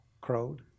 crowed